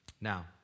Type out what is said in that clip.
Now